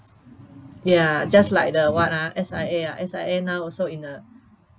ya just like the what ah S_I_A ah S_I_A also in a